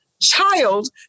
child